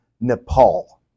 Nepal